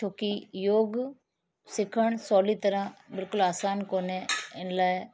छोकी योग सिखण सहुली तरह बिल्कुलु आसान कोन्हे इन लाइ